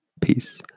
Peace